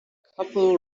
couple